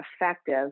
effective